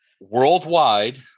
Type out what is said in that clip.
Worldwide